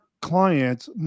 Clients